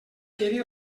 quedi